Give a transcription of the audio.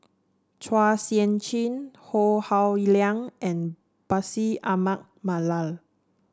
Chua Sian Chin Howe Liang and Bashir Ahmad Mallal